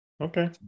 Okay